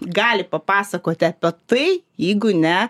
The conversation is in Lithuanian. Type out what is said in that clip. gali papasakoti apie tai jeigu ne